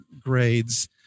grades